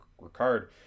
Ricard